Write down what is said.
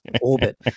orbit